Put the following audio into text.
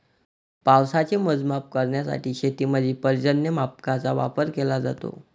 पावसाचे मोजमाप करण्यासाठी शेतीमध्ये पर्जन्यमापकांचा वापर केला जातो